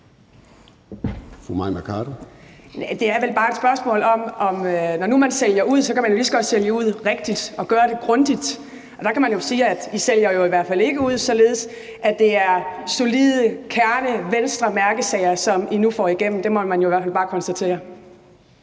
Det er vel bare et spørgsmål om, at når man nu sælger ud, kan man lige så godt sælge ud rigtigt og gøre det grundigt. Og der kan man jo sige, at I i hvert fald ikke sælger ud, således at det er solid kernepolitik og mærkesager for Venstre, som I nu får igennem. Det må man i hvert fald bare konstatere.